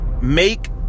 make